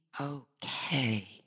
okay